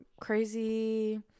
crazy